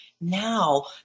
Now